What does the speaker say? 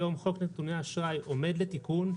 היום חוק נתוני אשראי עומד לתיקון,